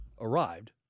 arrived